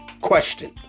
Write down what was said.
Question